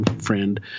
friend